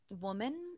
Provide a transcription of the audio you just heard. woman